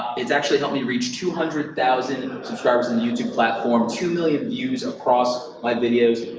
it's actually helped me reach two hundred thousand subscribers in the youtube platform, two million views across my videos,